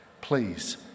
please